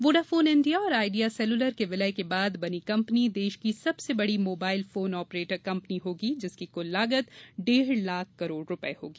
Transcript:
Vodafone India और Idea Cellular के विलय के बाद बनी कंपनी देश की सबसे बड़ी मोबाइल फोन ऑपरेटर कंपनी होगी जिसकी कुल लागत डेढ़ लाख करोड़ रुपये होगी